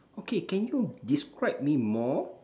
okay can you describe me more